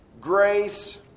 grace